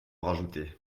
rajouter